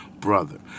brother